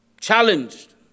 challenged